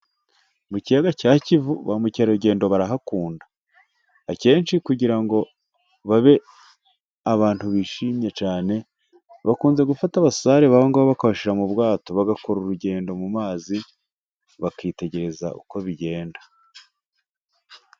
Mu kiyaga cya kivu ba mukerarugendo barahakunda akenshi kugira ngo babe abantu bishimye cyane, bakunze gufata abasare bahongaho bakabashyira mu bwato, bagakora urugendo mu mazi bakitegereza uko bigenda.